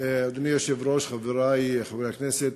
אדוני היושב-ראש, חברי חברי הכנסת,